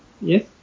yes